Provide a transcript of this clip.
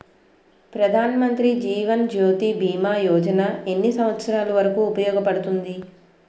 ప్రధాన్ మంత్రి జీవన్ జ్యోతి భీమా యోజన ఎన్ని సంవత్సారాలు వరకు ఉపయోగపడుతుంది?